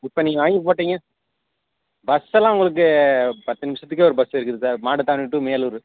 இப்போ நீங்கள் வாங்கிப் போட்டீங்க பஸ்ஸெல்லாம் உங்களுக்கு பத்து நிமிடத்துக்கே ஒரு பஸ் இருக்குது சார் மாட்டுத்தாவணி டு மேலூரு